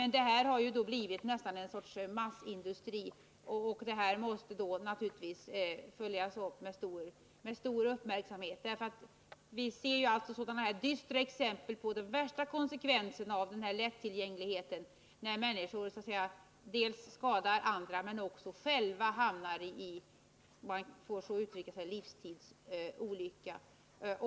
Nu har detta nästan blivit någon sorts massindustri, och naturligtvis måste då frågan följas med stor uppmärksamhet. Vi ser ju dystra exempel på de värsta konsekvenserna av lättillgängligheten när människor dels skadar andra, dels älva hamnar i, om jag får så uttrycka mig, livstids olycka.